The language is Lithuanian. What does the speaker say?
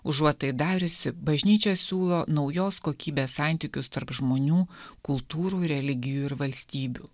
užuot tai dariusi bažnyčia siūlo naujos kokybės santykius tarp žmonių kultūrų religijų ir valstybių